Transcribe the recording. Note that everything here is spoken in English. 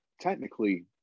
technically